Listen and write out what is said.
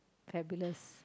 fabulous